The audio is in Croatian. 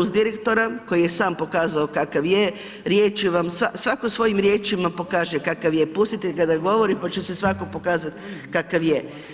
uz direktora koji je sam pokazao kakav je, riječi vam, svako svojim riječima pokaže kakav je, pustite ga da govori pa će se svako pokazat kakav je.